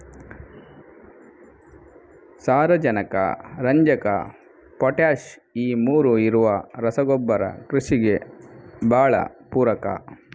ಸಾರಾಜನಕ, ರಂಜಕ, ಪೊಟಾಷ್ ಈ ಮೂರೂ ಇರುವ ರಸಗೊಬ್ಬರ ಕೃಷಿಗೆ ಭಾಳ ಪೂರಕ